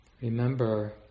Remember